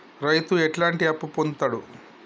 రైతు ఎట్లాంటి అప్పు పొందుతడు?